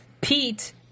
Pete